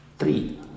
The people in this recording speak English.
Three